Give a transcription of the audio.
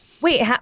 Wait